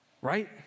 right